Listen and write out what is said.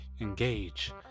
engage